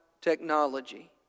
Technology